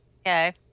Okay